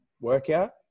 workout